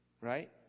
Right